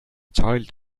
child